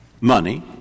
money